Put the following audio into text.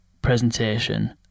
presentation